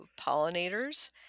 pollinators